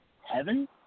heaven